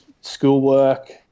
schoolwork